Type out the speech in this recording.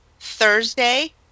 Thursday